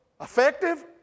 effective